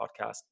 podcast